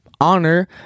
honor